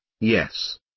Yes